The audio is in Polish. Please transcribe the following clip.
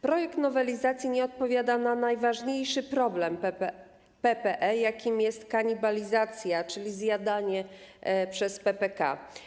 Projekt nowelizacji nie odpowiada na najważniejszy problem PPE, jakim jest kanibalizacja, czyli zjadanie przez PPK.